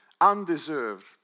undeserved